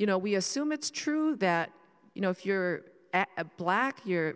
you know we assume it's true that you know if you're a black you're